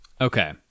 Okay